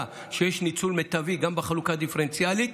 שיש ניצול מיטבי גם בחלוקה הדיפרנציאלית,